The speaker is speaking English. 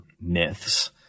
myths